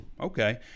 okay